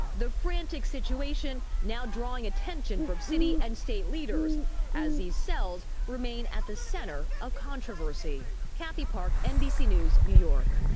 the frantic situation now drawing attention from city and state leaders as these cells remain at the center of controversy. kathy park, nbc news, new york.